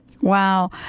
Wow